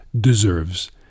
deserves